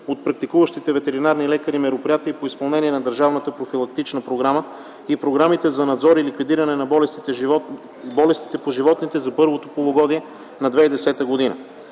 от практикуващите ветеринарни лекари мероприятия по изпълнение на държавната профилактична програма и програмите за надзор и ликвидиране на болестите по животните за първото полугодие на 2010 г.